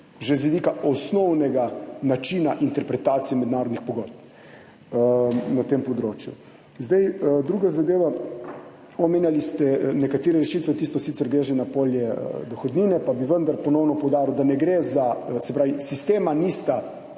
že z vidika osnovnega načina interpretacije mednarodnih pogodb na tem področju. Druga zadeva, omenjali ste nekatere rešitve, ki sicer grejo že na polje dohodnine, pa bi vendar ponovno poudaril, da sistema nista